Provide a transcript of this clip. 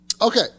Okay